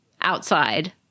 outside